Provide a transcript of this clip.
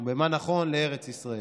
ומה נכון לארץ ישראל.